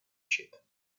ship